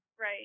Right